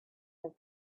have